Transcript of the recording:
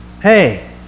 hey